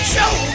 Show